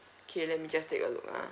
okay let me just take a look ah